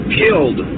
killed